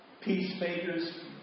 peacemakers